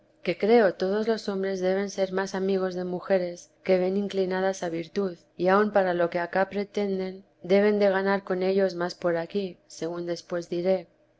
que creo todos los hombres deben ser más amigos de mujeres que ven inclinadas a virtud y aun para lo que acá pretenden deben de ganar con ellos más por aquí según después diré